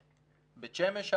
בית שמש,